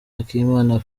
akimana